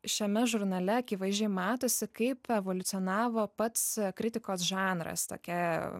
šiame žurnale akivaizdžiai matosi kaip evoliucionavo pats kritikos žanras tokia